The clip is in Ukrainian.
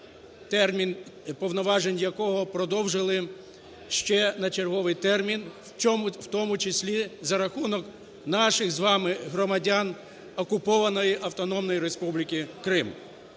термін повноважень якого продовжили ще на черговий термін, в тому числі за рахунок наших з вами громадян